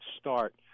start